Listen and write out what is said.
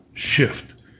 shift